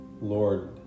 Lord